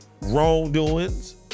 wrongdoings